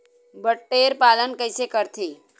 बटेर पालन कइसे करथे?